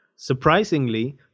Surprisingly